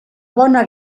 bona